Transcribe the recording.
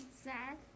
Sad